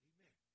Amen